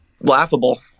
laughable